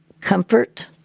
comfort